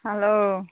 hello